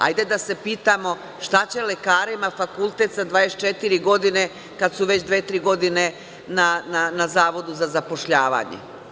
Hajde da se pitamo šta će lekarima fakultet sa 24 godine, kad su već dve-tri godine na zavodu za zapošljavanje?